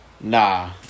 Nah